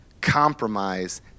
compromise